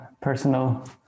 personal